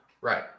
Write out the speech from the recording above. Right